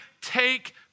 take